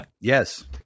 yes